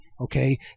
okay